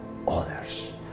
others